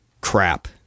crap